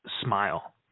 smile